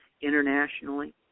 internationally